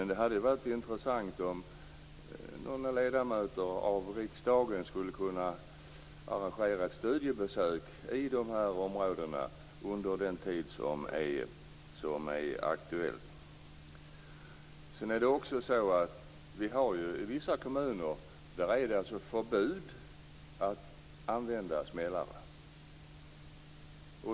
Det skulle vara intressant om några ledamöter av riksdagen kunde arrangera ett studiebesök i dessa områden under den tid som är aktuell. I vissa kommuner råder det förbud mot att använda smällare.